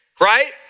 right